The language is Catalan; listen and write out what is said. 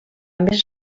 més